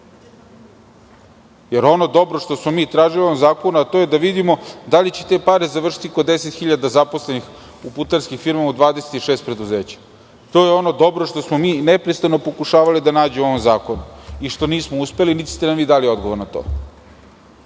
jer ono dobro što smo mi tražili u ovom zakonu, a to je da vidimo da li će te pare završiti kod 10 hiljada zaposlenih u putarskim firmama u 26 preduzeća. To je ono dobro što smo mi neprestano pokušavali da nađemo u ovom zakonu i što nismo uspeli, niti ste nam vi dali odgovor na to.